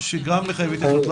שמחייב התייחסות.